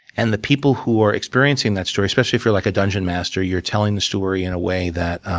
and the people who are experiencing that story especially if you're like a dungeon master. you're telling the story in a way that